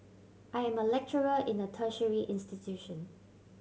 I am a lecturer in a tertiary institution